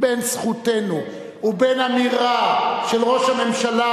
בין זכותנו ובין אמירה של ראש הממשלה,